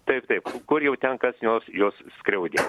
taip taip kur jau ten kas juos juos skriaudžia